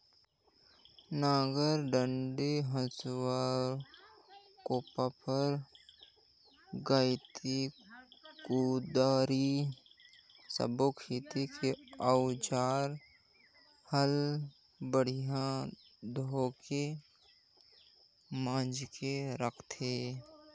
नांगर डांडी, हसुआ, कोप्पर गइती, कुदारी सब्बो खेती के अउजार हल बड़िया धोये मांजके राखथे